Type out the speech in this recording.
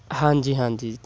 ਹਾਂਜੀ ਹਾਂਜੀ